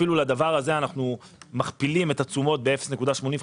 אפילו לדבר הזה אנחנו מכפילים את התשומות ב-0.85,